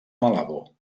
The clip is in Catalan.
malabo